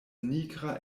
nigra